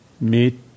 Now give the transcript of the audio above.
meet